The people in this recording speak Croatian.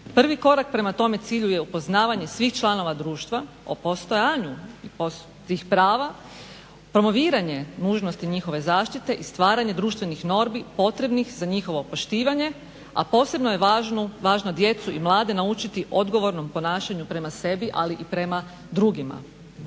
Prvi korak prema tome cilju je upoznavanje svih članova društva o postojanju tih prava, promoviranje nužnosti njihove zaštite i stvaranje društvenih normi potrebnih za njihovo poštivanje, a posebno je važno djecu i mlade naučiti odgovornom ponašanju prema sebi, ali i prema drugima.